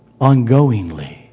ongoingly